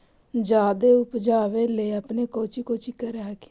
जादे उपजाबे ले अपने कौची कौची कर हखिन?